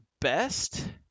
best